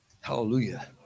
Hallelujah